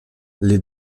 les